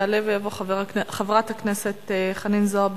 תעלה ותבוא חברת הכנסת חנין זועבי.